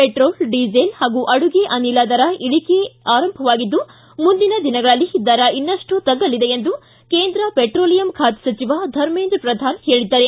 petrol diesel ಹಾಗೂ ಅಡುಗೆ ಅನಿಲ ದರ ಇಳಿಕೆ ಆರಂಭವಾಗಿದ್ದು ಮುಂದಿನ ದಿನಗಳಲ್ಲಿ ದರ ಇನ್ನಷ್ಟು ತಗ್ಗಲಿದೆ ಎಂದು ಕೇಂದ್ರ ಪೆಟ್ರೋಲಿಯಂ ಖಾತೆ ಸಚಿವ ಧರ್ಮೇಂದ್ರ ಪ್ರಧಾನ್ ಹೇಳಿದ್ದಾರೆ